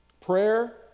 Prayer